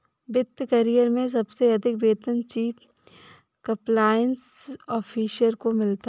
वित्त करियर में सबसे अधिक वेतन चीफ कंप्लायंस ऑफिसर को मिलता है